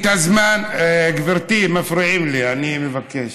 את הזמן, גברתי, מפריעים לי, אני מבקש.